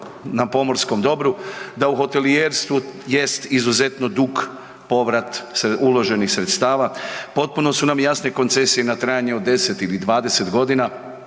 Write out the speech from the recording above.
na pomorskom dobru da u hotelijerstvu jest izuzetno dug povrat uloženih sredstava, potpuno su nam jasne koncesije na trajanje od 10 ili 20.g.